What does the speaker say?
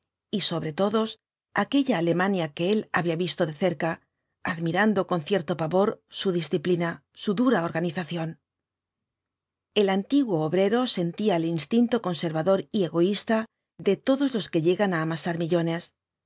y sobre todos aquella alemania que él había visto de cerca admirando con cierto pavor su disciplina su dura organización el antiguo obrero sentía el instinto conservador y egoísta de todos los que llegan á amasar millones